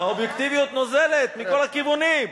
האובייקטיביות נוזלת מכל הכיוונים.